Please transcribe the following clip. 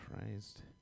Christ